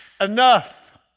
enough